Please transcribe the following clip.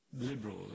liberal